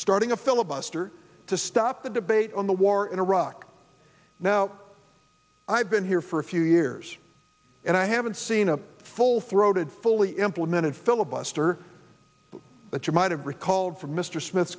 starting a filibuster to stop the debate on the war in iraq now i've been here for a few years and i haven't seen a full throated fully implemented filibuster that you might have recalled from mr smith